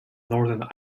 northern